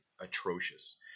atrocious